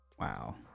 Wow